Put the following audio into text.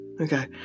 Okay